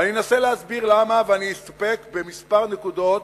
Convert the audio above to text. ואני אנסה להסביר למה, ואני אסתפק בכמה נקודות,